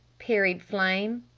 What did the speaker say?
parried flame.